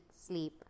sleep